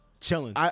Chilling